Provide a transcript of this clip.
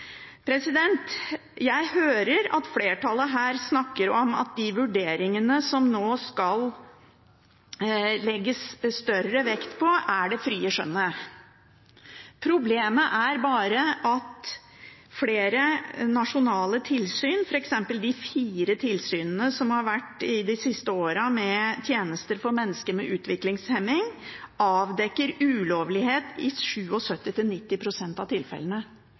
Jeg hører at flertallet her snakker om at de vurderinger som det nå skal legges større vekt på, er det frie skjønnet. Problemet er bare at flere nasjonale tilsyn, avdekker ulovlig – f.eks. avdekker de fire tilsynene som har vært de siste årene med tjenester for mennesker med utviklingshemning, ulovlighet i 77–90 pst. av tilfellene.